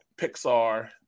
Pixar